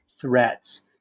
threats